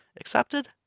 accepted